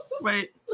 Wait